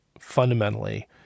fundamentally